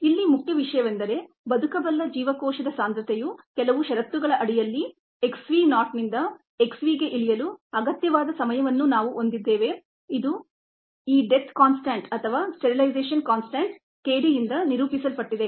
ಇಲ್ಲಿ ಮುಖ್ಯ ವಿಷಯವೆಂದರೆ ಬದುಕಬಲ್ಲ ಜೀವಕೋಶದ ಸಾಂದ್ರತೆಯು ಕೆಲವು ಷರತ್ತುಗಳ ಅಡಿಯಲ್ಲಿ x v ನಾಟ್ ನಿಂದ x v ಗೆ ಇಳಿಯಲು ಅಗತ್ಯವಾದ ಸಮಯವನ್ನು ನಾವು ಹೊಂದಿದ್ದೇವೆ ಇದು ಡೆತ್ ಕಾನ್ಸ್ಟಂಟ್ ಅಥವಾ ಸ್ಟೆರಿಲೈಝಷನ್ ಕಾನ್ಸ್ಟಂಟ್ k d ಯಿಂದ ನಿರೂಪಿಸಲ್ಪಟ್ಟಿದೆ